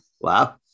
Wow